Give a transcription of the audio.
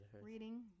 Reading